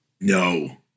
No